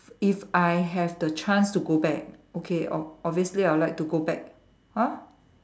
if I have the chance to go back okay o~ obviously I would like to go back !huh!